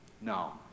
No